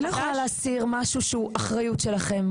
לא יכולה להסיר משהו שהוא אחריות שלכם.